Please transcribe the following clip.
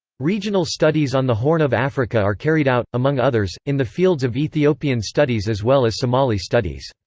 regional studies on the horn of africa are carried out, among others, in the fields of ethiopian studies as well as somali studies.